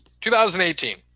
2018